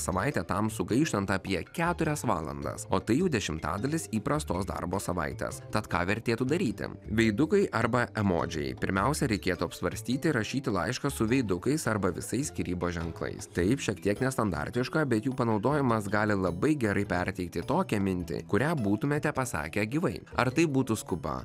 savaitę tam sugaištant apie keturias valandas o tai jau dešimtadalis įprastos darbo savaitės tad ką vertėtų daryti veidukai arba emodžiai pirmiausia reikėtų apsvarstyti rašyti laišką su veidukais arba visais skyrybos ženklais taip šiek tiek nestandartiška bet jų panaudojimas gali labai gerai perteikti tokią mintį kurią būtumėte pasakę gyvai ar tai būtų skuba